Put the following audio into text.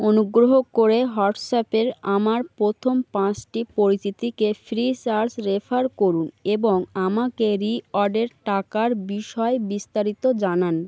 অনুগ্রহ করে হোয়াটস অ্যাপের আমার প্রথম পাঁচটি পরিচিতিকে ফ্রিচার্জ রেফার করুন এবং আমাকে রিওয়ার্ডের টাকার বিষয় বিস্তারিত জানান